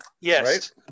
yes